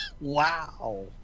wow